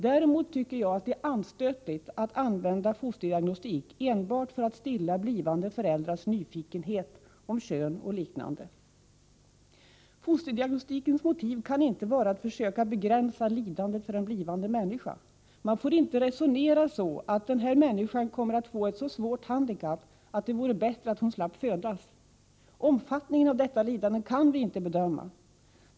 Däremot tycker jag att det är anstötligt att använda fosterdiagnostik enbart för att stilla blivande föräldrars nyfikenhet om kön och liknande. Fosterdiagnostikens motiv kan inte vara att försöka begränsa lidandet för en blivande människa. Man får inte resonera så, att den här människan kommer att få ett så svårt handikapp att det vore bättre att hon slapp födas. Omfattningen av detta lidande kan vi inte bedöma.